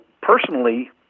personally